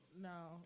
no